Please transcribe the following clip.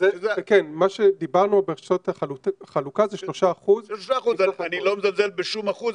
מה שדיברנו ברשתות החלוקה זה 3%. אני לא מזלזל בשום אחוז,